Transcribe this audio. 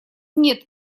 нет